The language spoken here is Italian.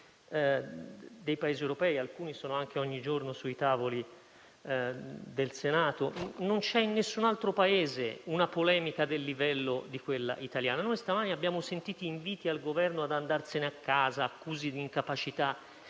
dei Paesi europei, alcuni dei quali sono ogni giorno sui tavoli del Senato. Non c'è in nessun altro Paese una polemica del livello di quella italiana. Questa mattina abbiamo sentito inviti al Governo ad andarsene a casa e muovergli accuse di incapacità.